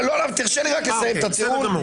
תרשה לי רק לסיים את הטיעון.